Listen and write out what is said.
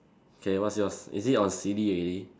okay what's yours is it on silly already